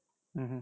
mmhmm